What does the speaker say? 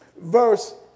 verse